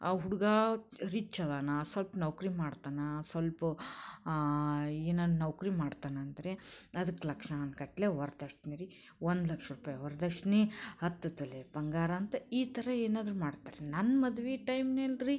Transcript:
ಆ ಹುಡುಗ ರಿಚ್ ಅದಾನ ಸ್ವಲ್ಪ ನೌಕರಿ ಮಾಡ್ತಾನ ಸ್ವಲ್ಪ ಏನನ ನೌಕರಿ ಮಾಡ್ತಾನಂದರೆ ಅದಕ್ಕೆ ಲಕ್ಷಾನು ಗಟ್ಲೆ ವರ್ದಕ್ಷಿಣೆ ರೀ ಒಂದು ಲಕ್ಷ ರೂಪಾಯಿ ವರ್ದಕ್ಷಿಣೆ ಹತ್ತು ತೊಲ ಬಂಗಾರ ಅಂತೆ ಈ ಥರ ಏನಾದರೂ ಮಾಡ್ತಾರೆ ನನ್ನ ಮದುವೆ ಟೈಮಿನಲ್ಲಿ ರೀ